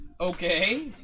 Okay